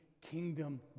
kingdom